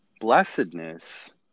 Blessedness